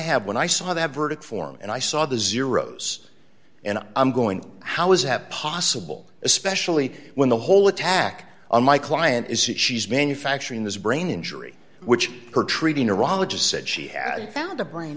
have when i saw that verdict form and i saw the zeros and i'm going how is that possible especially when the whole attack on my client is that she's manufacturing this brain injury which her treating iraq has said she had found a brain